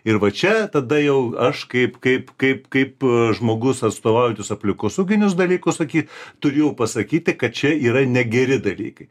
ir va čia tada jau aš kaip kaip kaip kaip žmogus atstovaujantis aplinkosauginius dalykus sakyt turiu jau pasakyti kad čia yra negeri dalykai